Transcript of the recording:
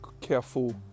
careful